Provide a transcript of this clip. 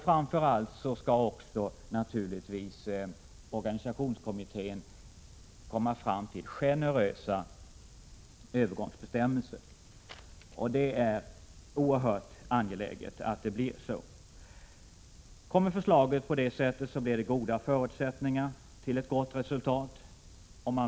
Framför allt är det oerhört angeläget att organisationskommittén lägger fram generösa övergångsbestämmelser. Om man i förslaget beaktar dessa synpunkter bör det finnas goda förutsättningar att nå ett gott resultat.